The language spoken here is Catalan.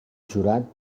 jurat